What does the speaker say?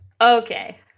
Okay